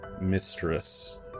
mistress